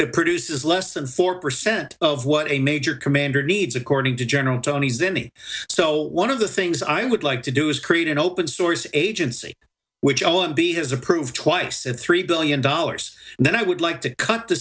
that produces less than four percent of what a major commander needs according to general tony zinni so one of the things i would like to do is create an open source agency which o m b has approved twice and three billion dollars and then i would like to cut the